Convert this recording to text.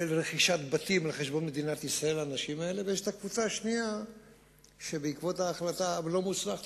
השיקום, הקבוצה השנייה תקבל את אותם תנאים.